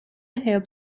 help